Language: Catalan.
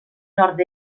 nord